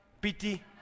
pity